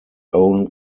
own